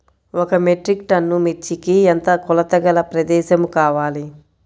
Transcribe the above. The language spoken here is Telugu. ఒక మెట్రిక్ టన్ను మిర్చికి ఎంత కొలతగల ప్రదేశము కావాలీ?